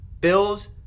Bills